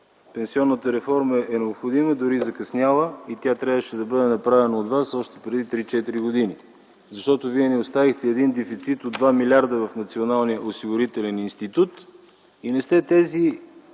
Пенсионната реформа е необходима, дори закъсняла, и тя трябваше да бъде направена от вас още преди 3-4 години. Защото вие ни оставихте един дефицит от 2 милиарда в Националния